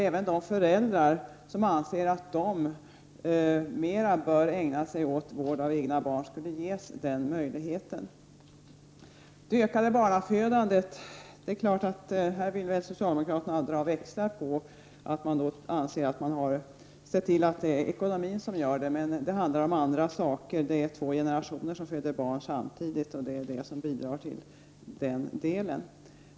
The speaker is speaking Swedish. Även de föräldrar som anser att de mer bör ägna sig åt vård av egna barn skulle ges den möjligheten. Socialdemokraterna anser att det är ekonomin som ligger bakom det ökade barnafödandet och vill dra växlar på det. Men det handlar om andra saker. Det är två generationer som föder barn samtidigt, och det bidrar till det ökade barnafödandet.